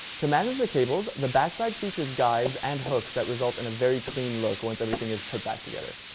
to manage the cables, the backside features guides and hooks that results in a very clean look once everything is put back together.